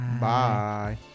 Bye